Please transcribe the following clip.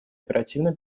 оперативно